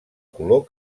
color